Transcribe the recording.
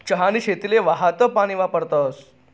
चहानी शेतीले वाहतं पानी वापरतस